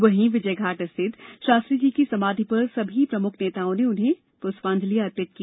वहीं विजयघाट स्थित शास्त्री जी की समाधी पर सभी प्रमुख नेताओं ने उन्हें पुष्पांजलि अर्पित की